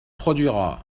produira